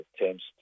attempts